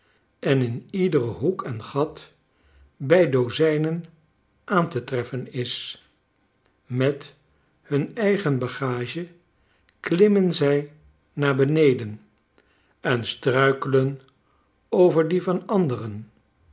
en in iederen hoek en gat bij dozijnen aan te treffen is met hun eigen bagage klimmen zij naar beneden en struikelen over die van anderen